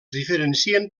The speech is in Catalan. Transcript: diferencien